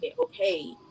okay